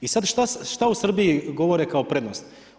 I sad što u Srbiji govore kao prednost?